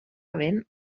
vent